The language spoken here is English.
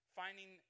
finding